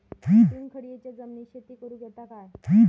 चुनखडीयेच्या जमिनीत शेती करुक येता काय?